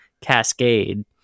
Cascade